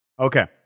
Okay